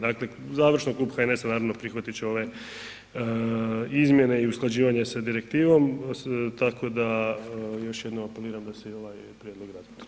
Dakle, završno Klub HNS-a naravno prihvatit će ove izmjene i usklađivanje sa direktivom tako da još jednom apeliram da se i ovaj prijedlog razmotri.